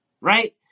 right